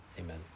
amen